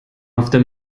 after